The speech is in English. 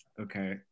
okay